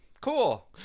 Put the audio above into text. cool